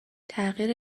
تغییر